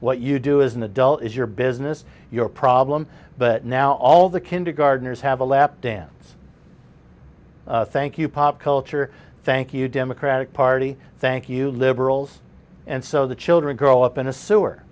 what you do as an adult is your business your problem but now all the kindergartners have a lap dance thank you pop culture thank you democratic party thank you liberals and so the children grow up in a sewer